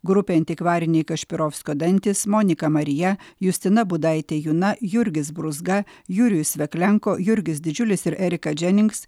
grupė antikvariniai kašpirovskio dantys monika marija justina budaitė juna jurgis brūzga jurijus veklenko jurgis didžiulis ir erika dženinks